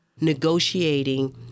negotiating